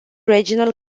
regional